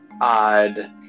odd